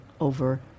over